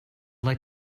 like